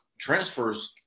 transfers